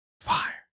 Fire